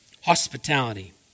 hospitality